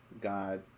God